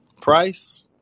Price